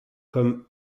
comme